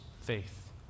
faith